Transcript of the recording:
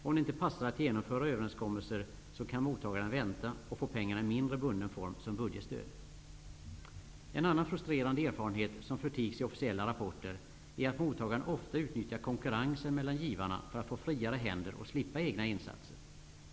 Om det inte passar att genomföra överenskommelser kan mottagaren vänta och få pengarna i mindre bunden form som budgetstöd. En annan frustrerande erfarenhet som förtigs i officiella rapporter är att mottagaren ofta utnyttjar konkurrensen mellan givarna för att få friare händer och slippa egna insatser.